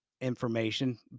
information